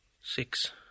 Six